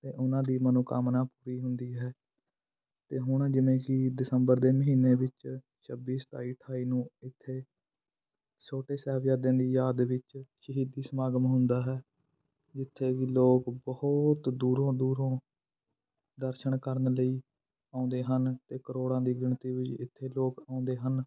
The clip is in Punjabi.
ਅਤੇ ਉਹਨਾਂ ਦੀ ਮਨੋਕਾਮਨਾ ਪੂਰੀ ਹੁੰਦੀ ਹੈ ਅਤੇ ਹੁਣ ਜਿਵੇਂ ਕਿ ਦਸੰਬਰ ਦੇ ਮਹੀਨੇ ਵਿੱਚ ਛੱਬੀ ਸਤਾਈ ਅਠਾਈ ਨੂੰ ਇੱਥੇ ਛੋਟੇ ਸਾਹਿਬਜ਼ਾਦਿਆਂ ਦੀ ਯਾਦ ਵਿੱਚ ਸ਼ਹੀਦੀ ਸਮਾਗਮ ਹੁੰਦਾ ਹੈ ਜਿੱਥੇ ਕਿ ਲੋਕ ਬਹੁਤ ਦੂਰੋਂ ਦੂਰੋਂ ਦਰਸ਼ਨ ਕਰਨ ਲਈ ਆਉਂਦੇ ਹਨ ਅਤੇ ਕਰੋੜਾਂ ਦੀ ਗਿਣਤੀ ਵਿੱਚ ਇੱਥੇ ਲੋਕ ਆਉਂਦੇ ਹਨ